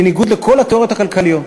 בניגוד לכל התיאוריות הכלכליות.